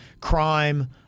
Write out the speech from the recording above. crime